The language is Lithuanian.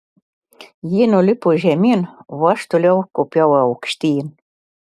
ji nulipo žemyn o aš toliau kopiau aukštyn